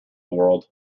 world